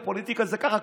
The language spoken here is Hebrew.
הפוליטיקה זה ככה,